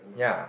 ya